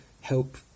help